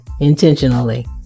intentionally